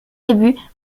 débuts